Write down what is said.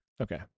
Okay